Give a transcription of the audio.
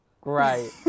Great